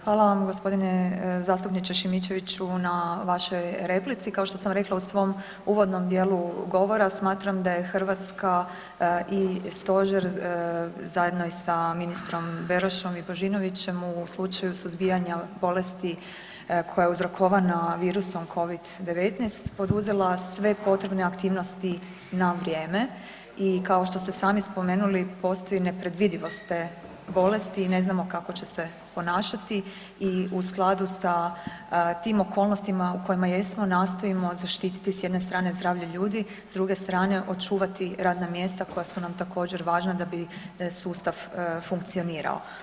Hvala vam g. zastupniče Šimičeviću na vašoj replici, kao što sam rekla u svom uvodnom dijelu govora, smatram da je Hrvatska i Stožer zajedno i sa ministrom Berošom i Božinovićem u slučaju suzbijanja bolesti koja je uzrokovana virusom Covid-19 poduzela sve potrebne aktivnosti na vrijeme i kao što ste sami spomenuli, postoji nepredvidivost te bolesti i ne znamo kako će se ponašati i u skladu sa tim okolnostima u kojima jesmo, nastojimo zaštiti s jedne strane zdravlje ljudi, s druge strane, očuvati radna mjesta koja su nam također, važna da bi sustav funkcionirao.